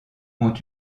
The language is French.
ont